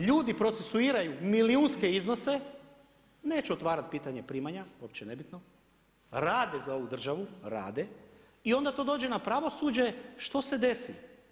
Ljudi procesuiraju milijunske iznose, neću otvarati pitanje primanja, uopće nebitno, rade za ovu državu, rade i onda to dođe na pravosuđe, što se desi?